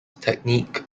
technique